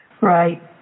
Right